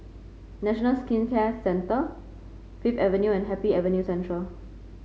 National Skin Care Centre Fifth Avenue and Happy Avenue Central